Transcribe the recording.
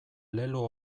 lelo